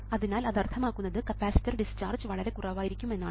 അതിനാൽ അത് അർത്ഥമാക്കുന്നത് കപ്പാസിറ്റർ ഡിസ്ചാർജ് വളരെ കുറവായിരിക്കും എന്നാണ്